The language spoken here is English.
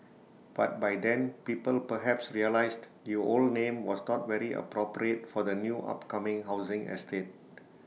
but by then people perhaps realised the old name was not very appropriate for the new upcoming housing estate